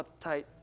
uptight